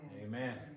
Amen